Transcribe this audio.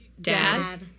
Dad